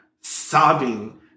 sobbing